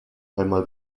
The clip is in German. einmal